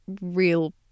real